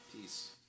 Peace